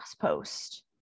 post